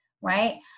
right